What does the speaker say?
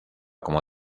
como